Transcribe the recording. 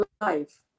life